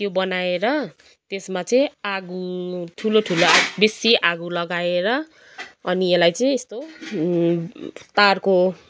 त्यो बनाएर त्यसमा चाहिँ आगो ठुलो ठुलो आगो बेसी आगो लगाएर अनि यसलाई चाहिँ यस्तो पारको